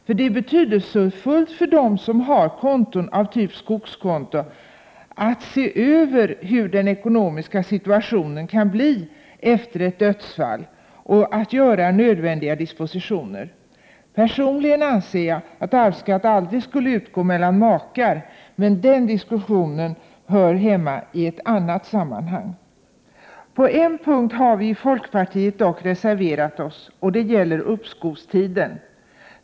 För det är betydelsefullt för dem som har konton av typ skogskonto att se över hur den ekonomiska situationen kan bli efter ett dödsfall och att göra nödvändiga dispositioner. Personligen anser jag att arvsskatt aldrig skulle utgå mellan makar, men den diskussionen hör hemma i ett annat sammanhang. På en punkt har vi i folkpartiet reserverat oss. Det gäller uppskovstiden.